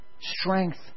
Strength